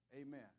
Amen